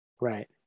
Right